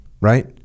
right